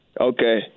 Okay